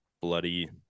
bloody